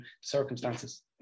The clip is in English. circumstances